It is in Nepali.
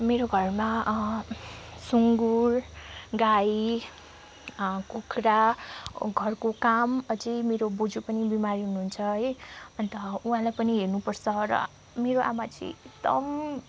मेरो घरमा सुँगुर गाई कुखुरा घरको काम अझै मेरो बोज्यू पनि बिमारी हुनुहुन्छ है अन्त उहाँलाई पनि हेर्नुपर्छ र मेरो आमा चाहिँ एकदम